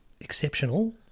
exceptional